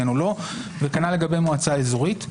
וכנ"ל לגבי מועצה אזורית.